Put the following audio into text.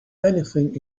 anything